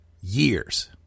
years